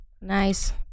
Nice